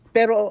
Pero